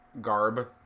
garb